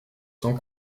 sont